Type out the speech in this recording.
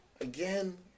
again